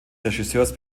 regisseurs